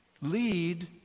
lead